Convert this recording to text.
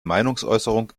meinungsäußerung